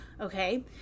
Okay